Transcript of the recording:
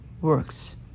works